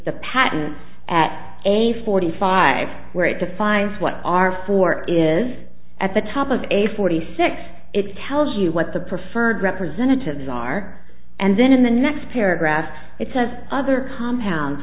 the patent at a forty five where it defines what are for is at the top of a forty six it's tells you what the preferred representatives are and then in the next paragraph it says other compound